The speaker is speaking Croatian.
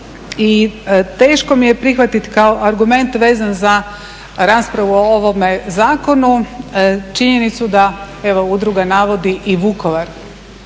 i teško mi je prihvatiti kao argument vezan za raspravu o ovome zakonu činjenicu da, evo, udruga navodi i Vukovar.